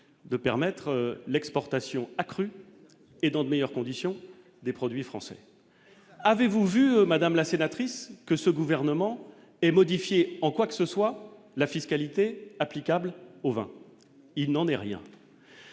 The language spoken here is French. de permettre l'exportation a crû et dans de meilleures conditions, des produits français, avez-vous vu madame la sénatrice que ce gouvernement et modifier en quoi que ce soit la fiscalité applicable au vin, il n'en est rien,